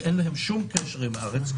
שאין להם שום קשר עם הארץ,